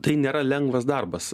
tai nėra lengvas darbas